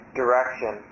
direction